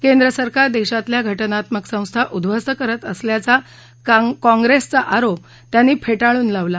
केंद्र सरकार देशातल्या घटनात्मक संस्था उद्दवस्त करत असल्याचा काँग्रेसचा आरोप त्यांनी फेटाळून लावला